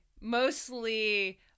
mostly